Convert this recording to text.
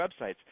websites